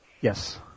Yes